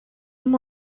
出没